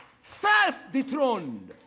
self-dethroned